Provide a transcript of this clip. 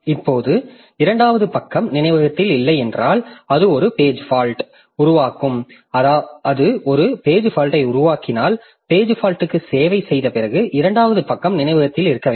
இப்போது இரண்டாவது பக்கம் நினைவகத்தில் இல்லை என்றால் அது ஒரு பேஜ் ஃபால்ட்ஐ உருவாக்கும் அது ஒரு பேஜ் ஃபால்ட்யை உருவாக்கினால் பேஜ் ஃபால்ட்க்கு சேவை செய்த பிறகு இரண்டாவது பக்கம் நினைவகத்தில் இருக்க வேண்டும்